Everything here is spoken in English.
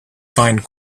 find